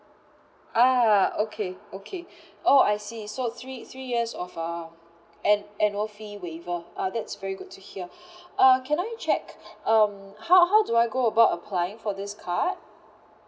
ah okay okay oh I see so three three years of uh an~ annual fee waiver uh that's very good to hear uh can I check um how how do I go about applying for this card